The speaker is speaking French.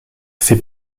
c’est